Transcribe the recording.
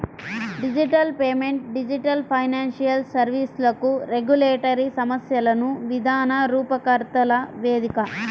digital payment digital financial సర్వీస్లకు regulatory సమస్యలను విధాన రూపకర్తల వేదిక